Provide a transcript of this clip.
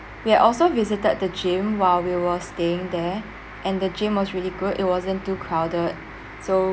we had also visited the gym while we were staying there and the gym was really good it wasn't too crowded so